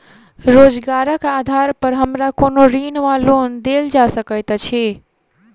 रोजगारक आधार पर हमरा कोनो ऋण वा लोन देल जा सकैत अछि?